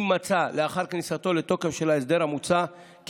אם מצא לאחר כניסתו לתוקף של ההסדר המוצע כי